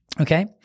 Okay